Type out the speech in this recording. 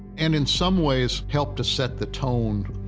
and in some ways, helped to set the tone,